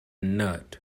nut